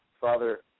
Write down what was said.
Father